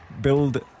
build